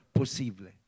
possible